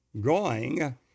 growing